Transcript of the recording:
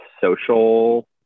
social